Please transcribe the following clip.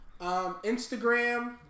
Instagram